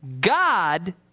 God